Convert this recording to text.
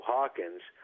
Hawkins